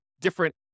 different